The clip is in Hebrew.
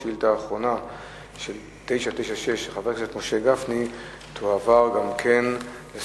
חבר הכנסת זאב בוים שאל את שר התחבורה והבטיחות בדרכים ביום כ"ז